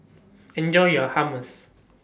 Enjoy your Hummus